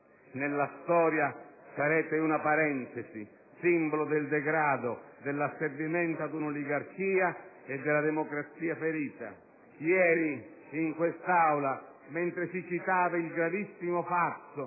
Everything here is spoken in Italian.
Nella storia sarete una parentesi, simbolo del degrado, dell'asservimento ad una oligarchia e della democrazia ferita. Ieri, in quest'Aula, mentre si citava il gravissimo fatto